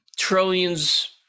trillions